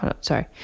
sorry